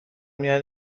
میان